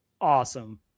awesome